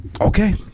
Okay